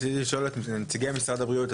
רציתי לשאול את נציגי משרד הבריאות,